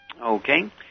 Okay